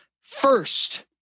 first